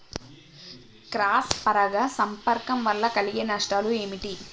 Cross పరాగ సంపర్కం వల్ల కలిగే నష్టాలు ఏమిటి?